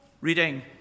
Reading